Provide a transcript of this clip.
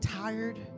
tired